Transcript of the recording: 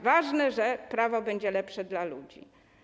Ważne, że prawo będzie lepsze dla ludzi.